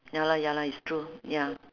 ya lor ya lor it's true ya